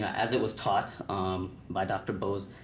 as it was taught um by dr. bose,